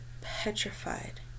petrified